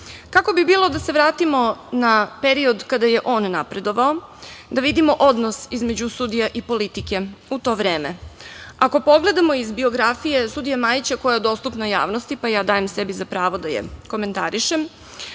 Kako bi bilo da se vratimo na period kada je on napredovao, da vidimo odnos između sudija i politike u to vreme? Ako pogledamo iz biografije sudije Majića, koja je dostupna javnosti, pa dajem sebi za pravo da je komentarišem,